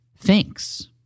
Thanks